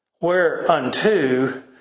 whereunto